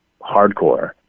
hardcore